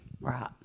Right